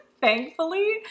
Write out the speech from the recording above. thankfully